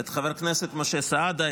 את חבר הכנסת משה סעדה,